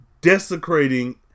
desecrating